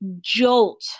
jolt